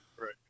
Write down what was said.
right